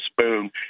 spoon